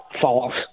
False